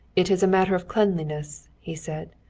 it is a matter of cleanliness, he said.